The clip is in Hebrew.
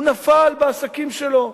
הוא נפל בעסקים שלו,